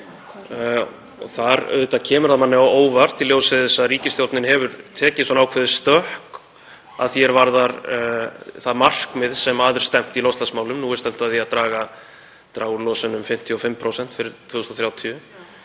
Þar kemur það manni á óvart, í ljósi þess að ríkisstjórnin hefur tekið ákveðið stökk að því er varðar það markmið sem að er stefnt í loftslagsmálum — nú er stefnt að því að draga úr losun um 55% fyrir 2030,